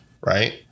right